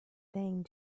thing